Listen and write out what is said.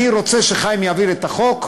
אני רוצה שחיים יעביר את החוק,